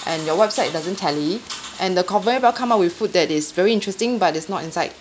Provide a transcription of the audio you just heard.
and your website doesn't tally and the conveyor belt comes out with food that is very interesting but it's not inside